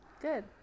Good